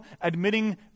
admitting